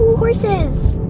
horses